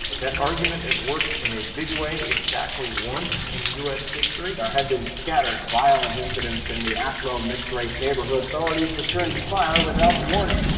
that argument has worked in a big way exactly once in us history. there has been scattered violent incidence in the athlone mixed race neighborhood. authorities returned fire without warning.